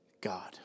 God